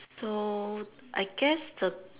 so I guess the